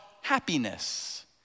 happiness